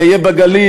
זה יהיה בגליל,